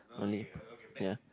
only ya